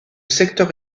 secteur